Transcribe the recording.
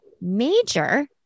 major